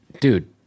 dude